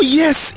yes